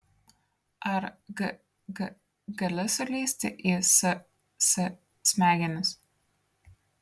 ar g g gali sulįsti į s s smegenis